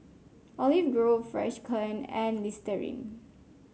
Olive Grove Freshkon and Listerine